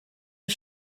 des